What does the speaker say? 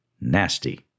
nasty